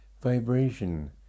vibration